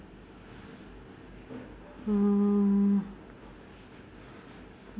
mm